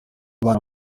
abana